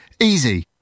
Easy